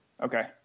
Okay